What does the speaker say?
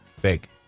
Fake